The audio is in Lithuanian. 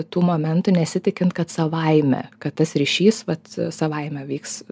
tų momentų nesitikint kad savaime kad tas ryšys vat savaime vyks